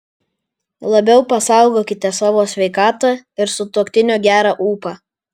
labiau pasaugokite savo sveikatą ir sutuoktinio gerą ūpą